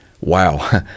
wow